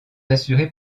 assuré